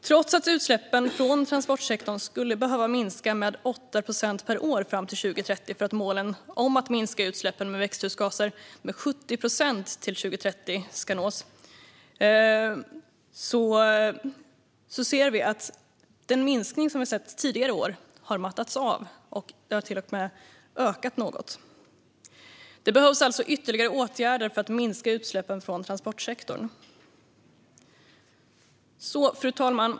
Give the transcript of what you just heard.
Trots att utsläppen från transportsektorn skulle behöva minska med 8 procent per år fram till 2030 för att målen om att minska utsläppen av växthusgaser med 70 procent till 2030 ska nås ser vi att de tidigare årens minskning har mattats av. Utsläppen har till och med ökat något. Det behövs alltså ytterligare åtgärder för att minska utsläppen från transportsektorn. Fru talman!